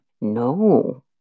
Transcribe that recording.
No